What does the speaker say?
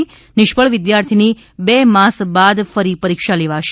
નિષ્ફળ વિદ્યાર્થીની બે માસ બાદ ફરી પરીક્ષા લેવાશે